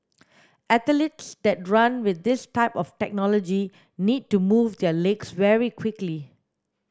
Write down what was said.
athletes that run with this type of technology need to move their legs very quickly